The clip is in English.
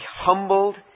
humbled